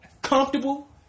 Comfortable